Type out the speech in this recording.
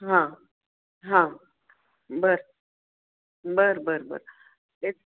हां हां बरं बरं बरं बरं ते